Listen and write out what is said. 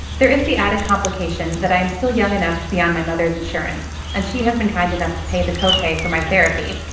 there is the added complication that i am still young enough to be on my mother's insurance and she has been kind enough to pay the copay for my therapy.